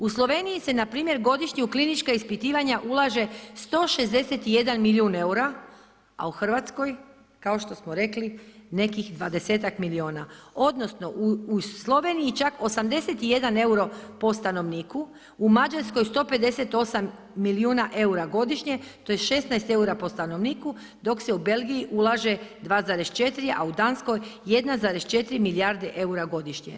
U Sloveniji se npr. godišnje u klinička ispitivanja ulaže 161 milijuna eura, a u RH, kao što smo rekli nekih 20-ak miliona, odnosno u Sloveniji čak 81 euro po stanovniku, u Mađarskoj 158 milijuna eura godišnje, to je 16 eura po stanovniku dok se u Belgiji ulaže 2,4, a u Danskoj 1,4 milijarde eura godišnje.